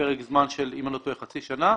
בפרק זמן של חצי שנה,